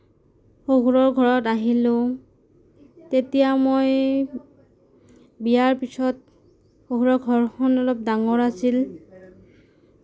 শহুৰৰ ঘৰত আহিলোঁ তেতিয়া মই বিয়াৰ পিছত শহুৰৰ ঘৰখন অলপ ডাঙৰ আছিল